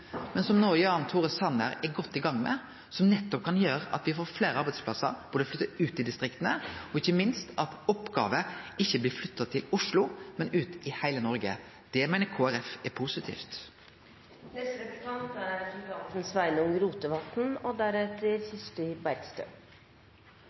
men aldri fekk til, men som no Jan Tore Sanner er godt i gang med, som nettopp kan gjere at me får fleire arbeidsplassar flytta ut i distrikta og ikkje minst at oppgåver ikkje blir flytta til Oslo, men ut i heile Noreg. Det meiner Kristeleg Folkeparti er positivt. 2016 er